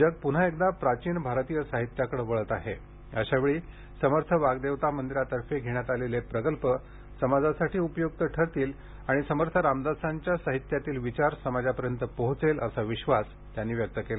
जग पुन्हा एकदा प्राचीन भारतीय साहित्याकडे वळत आहे अशा वेळी समर्थ वाग्देवता मंदिरातर्फे घेण्यात आलेले प्रकल्प समाजासाठी उपयुक्त ठरतील आणि समर्थ रामदासांच्या साहित्यातील विचार समाजापर्यंत पोहोचेल असा विश्वास त्यांनी व्यक्त केला